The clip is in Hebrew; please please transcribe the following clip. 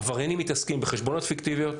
עבריינים מתעסקים בחשבוניות פיקטיביות,